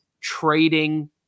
trading